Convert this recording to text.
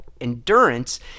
endurance